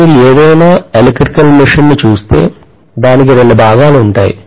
మీరు ఏదైనా electrical machine ను చూస్తే దానికి రెండు భాగాలు ఉంటాయి